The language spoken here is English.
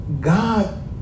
God